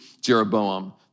Jeroboam